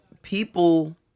People